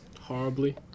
Horribly